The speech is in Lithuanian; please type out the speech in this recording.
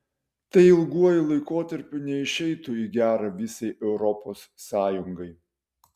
tai ilguoju laikotarpiu neišeitų į gera visai europos sąjungai